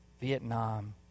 Vietnam